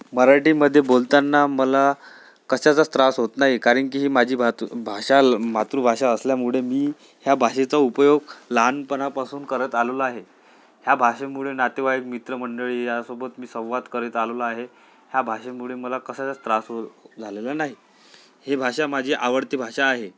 मराठीमध्ये बोलताना मला कशाचाच त्रास होत नाही कारण की ही माझी मातृभाषा मातृभाषा असल्यामुळे मी ह्या भाषेचा उपयोग लहानपणापासून करत आलेलो आहे ह्या भाषेमुळे नातेवाईक मित्रमंडळी यासोबत मी संवाद करीत आलेलो आहे ह्या भाषेमुळे मला कशाचाच त्रास होल् झालेला नाही हे भाषा माझी आवडती भाषा आहे